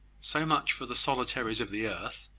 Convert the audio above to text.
so much for the solitaries of the earth,